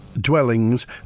dwellings